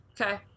Okay